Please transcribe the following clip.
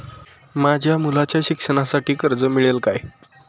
माझ्या मुलाच्या शिक्षणासाठी कर्ज मिळेल काय?